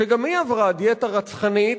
שגם היא עברה דיאטה רצחנית,